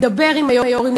לדבר עם היו"רים,